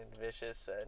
vicious